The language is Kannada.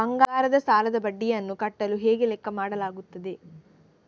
ಬಂಗಾರದ ಸಾಲದ ಬಡ್ಡಿಯನ್ನು ಕಟ್ಟಲು ಹೇಗೆ ಲೆಕ್ಕ ಮಾಡಲಾಗುತ್ತದೆ?